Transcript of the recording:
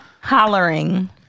Hollering